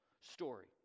story